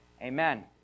Amen